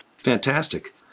Fantastic